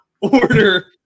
order